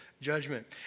judgment